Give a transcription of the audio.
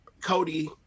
Cody